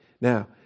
Now